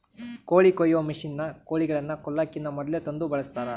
ಕೋಳಿ ಕೊಯ್ಯೊ ಮಷಿನ್ನ ಕೋಳಿಗಳನ್ನ ಕೊಲ್ಲಕಿನ ಮೊದ್ಲೇ ತಂದು ಬಳಸ್ತಾರ